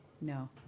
No